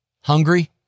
hungry